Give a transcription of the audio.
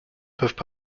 peuvent